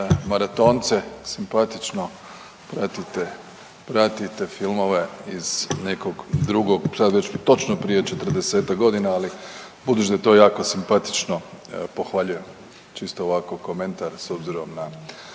„Maratonce“, simpatično, pratite filmove iz nekog drugog, sad već točno prije 40-ak godina, ali budući da je to jako simpatično, pohvaljujem, čisto ovako komentar, s obzirom na